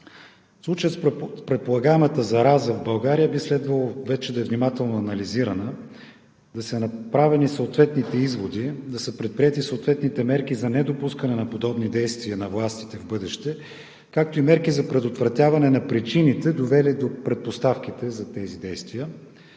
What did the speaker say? Случаят с предполагаемата зараза в България би следвало вече да е внимателно анализиран, да са направени съответните изводи, да са предприети съответните мерки за недопускане на подобни действия на властите в бъдеще, както и мерки за предотвратяване на причините, довели до предпоставките за тези действия.